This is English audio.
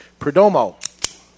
Perdomo